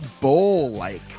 Bowl-like